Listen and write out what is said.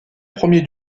premiers